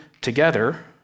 together